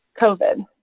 COVID